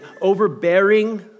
overbearing